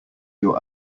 your